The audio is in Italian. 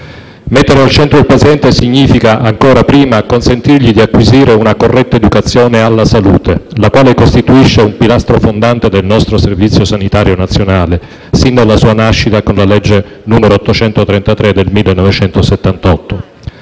Mettere al centro il paziente significa ancora prima consentirgli di acquisire una corretta educazione alla salute, la quale costituisce un pilastro fondante del nostro Servizio sanitario nazionale sin dalla sua nascita, con legge n. 833 del 1978.